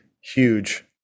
huge